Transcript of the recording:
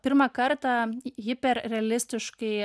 pirmą kartą ji per realistiškai